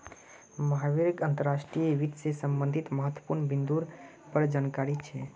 महावीरक अंतर्राष्ट्रीय वित्त से संबंधित महत्वपूर्ण बिन्दुर पर जानकारी छे